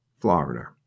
Florida